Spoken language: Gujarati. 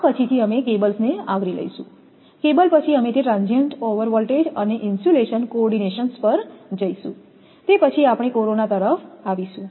આ પછી અમે કેબલ્સને આવરી લઈશું કેબલ પછી અમે તે ટ્રાંસીયન્ટ ઓવરવોલ્ટેજ અને ઇન્સ્યુલેશન કોઓર્ડિનેશન પર જઈશું તે પછી આપણે કોરોના તરફ આવીશું